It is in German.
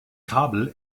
kabel